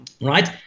right